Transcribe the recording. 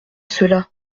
cela